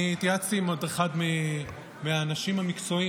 אני התייעצתי עם עוד אחד מהאנשים המקצועיים,